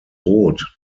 rot